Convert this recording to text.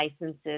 licenses